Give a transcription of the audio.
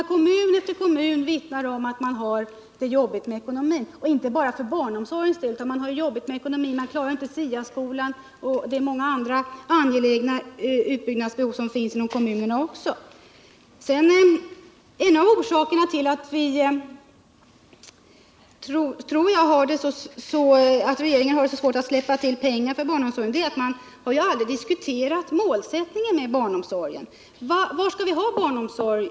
Kommun efter kommun vittnar ju om att man har det svårt med ekonomin, och det gäller inte bara barnomsorgen utan SIA skolan och många andra angelägna utbyggnadsbehov. En av orsakerna till att regeringen har så svårt att släppa till pengar till barnomsorgen är nog den att man aldrig har diskuterat målet för barnomsorgen. Varför skall vi ha barnomsorg?